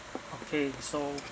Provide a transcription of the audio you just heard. okay so